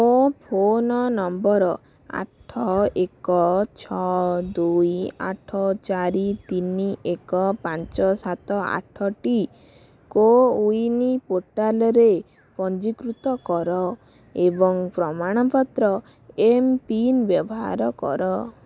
ମୋ phone number ଆଠ ଏକ ଛଅ ଦୁଇ ଆଠ ଚାରି ତିନି ଏକ ପାଞ୍ଚ ସାତ ଆଠ ଟି କୋୱିନ ପୋର୍ଟାଲରେ ପଞ୍ଜୀକୃତ କର ଏବଂ ପ୍ରମାଣପତ୍ର ଏମ୍ପିନ୍ ବ୍ୟବହାର କର